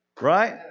Right